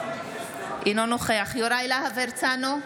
אינו נוכח יוראי להב הרצנו,